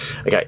Okay